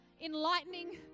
enlightening